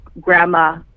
grandma